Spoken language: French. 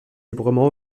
librement